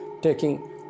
taking